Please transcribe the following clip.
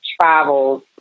traveled